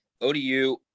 odu